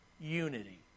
unity